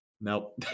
Nope